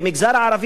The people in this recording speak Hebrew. אדוני היושב-ראש,